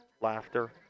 laughter